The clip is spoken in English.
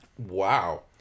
Wow